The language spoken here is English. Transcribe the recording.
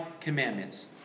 commandments